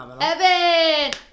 Evan